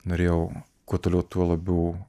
norėjau kuo toliau tuo labiau